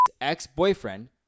ex-boyfriend